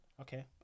Okay